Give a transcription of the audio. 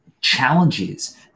challenges